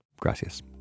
gracias